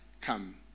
come